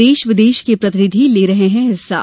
देश विदेश के प्रतिनिधि ले रहे है हिस्सा